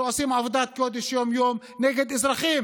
שעושים עבודת קודש יום-יום, נגד אזרחים